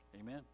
Amen